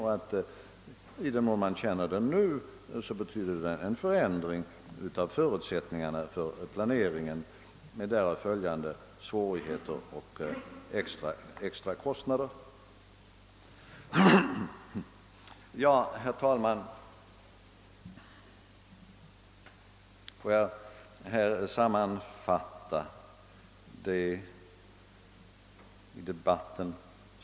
I den mån vi nu känner denna inställning betyder den en ändring av förutsättningarna för planeringen, med därav följande svårigheter och extra kostnader. Herr talman! Får jag försöka sammanfatta debatten!